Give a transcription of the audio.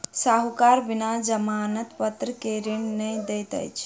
साहूकार बिना जमानत पत्र के ऋण नै दैत अछि